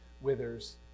withers